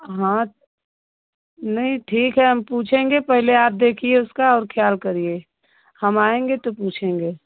हाँ नहीं ठीक है हम पूछेंगे पहले आप देखिए उसका खयाल करिए हम आएंगे तो पूछेंगे